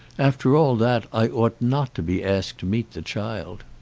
after all that i ought not to be asked to meet the child.